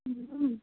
हूँ